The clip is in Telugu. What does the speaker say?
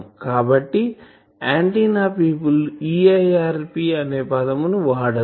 కాబట్టి ఆంటిన్నా పీపుల్ EIRP అనే పదం ను వాడారు